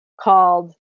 called